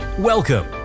Welcome